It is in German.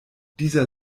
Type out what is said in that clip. dieser